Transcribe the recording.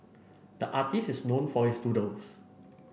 the artist is known for his doodles